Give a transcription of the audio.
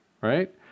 Right